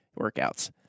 workouts